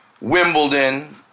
Wimbledon